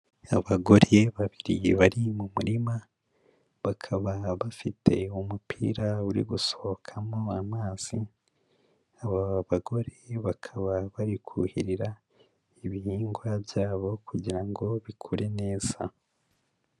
Abagore babiri bari mu murima, bakaba bafite umupira uri gusohokamo amazi, aba bagore bakaba bari kuhirira ibihingwa byabo, kugira ngo bikure neza.